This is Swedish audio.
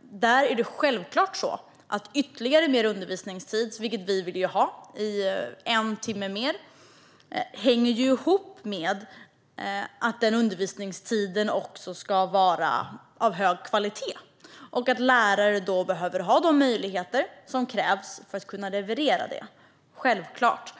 Det är självklart så att ytterligare undervisningstid - vi vill ha en timme mer - hänger ihop med att denna undervisningstid också ska vara av hög kvalitet och att lärarna då behöver ha de möjligheter som krävs för att kunna leverera det. Det är självklart.